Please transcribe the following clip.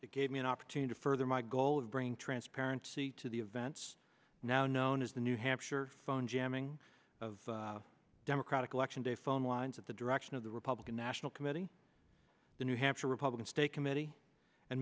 that gave me an opportunity for my goal of bringing transparency to the events now known as the new hampshire phone jamming of democratic election day phone lines at the direction of the republican national committee the new hampshire republican state committee and